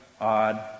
odd